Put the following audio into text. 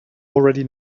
already